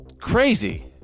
Crazy